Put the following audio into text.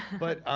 but,